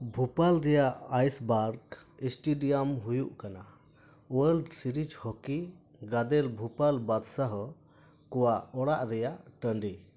ᱵᱷᱩᱯᱟᱞ ᱨᱮᱭᱟᱜ ᱟᱭᱮᱥᱵᱟᱨᱜᱽ ᱥᱴᱮᱰᱤᱭᱟᱢ ᱦᱩᱭᱩᱜ ᱠᱟᱱᱟ ᱳᱣᱟᱨᱞᱰ ᱥᱤᱨᱤᱡᱽ ᱦᱚᱠᱤ ᱜᱟᱫᱮᱞ ᱵᱷᱩᱯᱟᱞ ᱵᱟᱫᱽᱥᱟᱦᱚ ᱠᱚᱣᱟᱜ ᱚᱲᱟᱜ ᱨᱮᱭᱟᱜ ᱴᱟᱺᱰᱤ